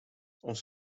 ons